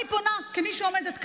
אני פונה, כמי שעומדת כאן,